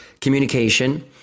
communication